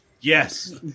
Yes